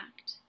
act